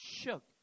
shook